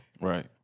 Right